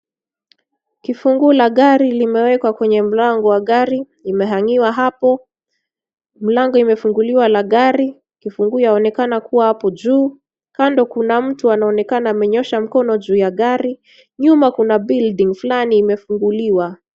Kifungu la gari limewekwa kwenye mlango wa gari, imehangiwa hapo. Mlango imefunguliwa la gari, kifungu yaonekana kuwa hapo juu. Kando kuna mtu anaonekana amenyoosha mkono juu ya gari. Nyuma kuna bulding fulani imefunguliwa.